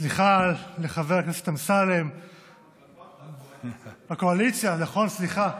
סליחה, לחבר הכנסת אמסלם, הקואליציה, נכון, סליחה.